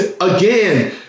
again